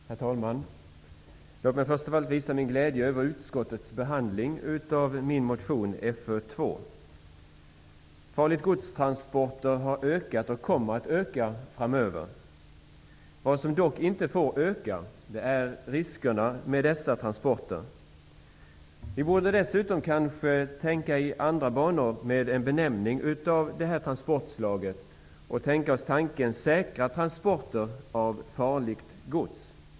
Herr talman! Låt mig först av allt visa min glädje över utskottets behandling av min motion Fö2. Transporter av farligt gods har ökat i antal och kommer att öka framöver. Vad som dock inte får öka i omfattning är riskerna med dessa transporter. Vi borde kanske tänka i andra banor och ändra benämningen av transportslaget till säkra transporter av farligt gods!